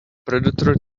predator